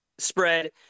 spread